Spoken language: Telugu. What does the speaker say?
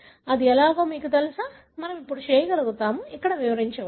అది ఎలాగో మీకు తెలుసా మనము చేయగలము మనము ఇక్కడ వివరించవచ్చు